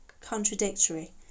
contradictory